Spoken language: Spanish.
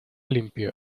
limpio